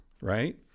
right